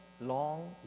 long